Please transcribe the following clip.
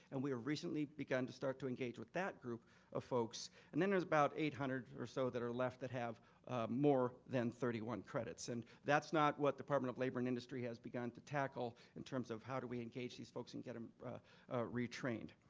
and we have recently begun to start to engage with that group of folks. and then there's about eight hundred or so that are left that have more than thirty one credits. and that's not what department of labor and industry has begun to tackle in terms of how do we engage these folks and get them retrained.